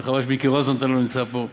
וחבל שחבר הכנסת מיקי רוזנטל לא נמצא פה.